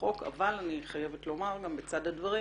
החוק אבל אני חייבת לומר גם בצד הדברים